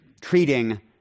treating